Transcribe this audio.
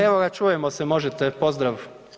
Evo ga čujemo se, možete, pozdrav.